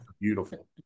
beautiful